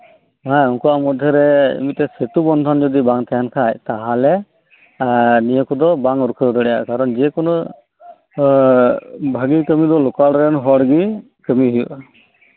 ᱦᱮᱸ ᱩᱱᱠᱩᱣᱟᱜ ᱢᱚᱫᱷᱮᱨᱮ ᱢᱤᱫᱴᱮᱡ ᱥᱮᱛᱩ ᱵᱚᱱᱫᱷᱚᱱ ᱡᱚᱫᱤ ᱵᱟᱝ ᱛᱟᱦᱮᱱ ᱠᱷᱟᱡ ᱛᱟᱦᱚᱞᱮ ᱱᱤᱭᱟᱹ ᱠᱚᱫᱚ ᱵᱟᱝ ᱨᱩᱠᱷᱟᱹᱣ ᱫᱟᱲᱤᱭᱟᱜ ᱟ ᱠᱟᱨᱚᱱ ᱡᱮᱠᱚᱱᱚ ᱵᱷᱟᱜᱤ ᱠᱟᱹᱢᱤᱫᱚ ᱞᱚᱠᱟᱞᱨᱮᱱ ᱦᱚᱲᱜᱤ ᱠᱟᱹᱢᱤᱭ ᱦᱩᱭᱩᱜ ᱟ